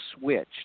switched